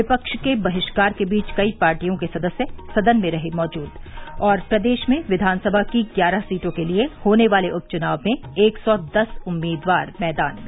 विपक्ष के बहिष्कार के बीच कई पार्टियों के सदस्य सदन प्रदेश में विधानसभा की ग्यारह सीटों के लिये होने वाले उप चुनाव में एक सौ दस उम्मीदवार मैदान में